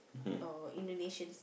or Indonesian